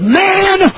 man